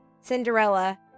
Cinderella